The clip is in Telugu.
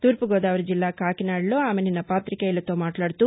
తూర్పు గోదావరి జిల్లా కాకినాడలో ఆమె నిన్న పాతికేయులతో మాట్లాడుతూ